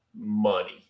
money